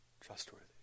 trustworthy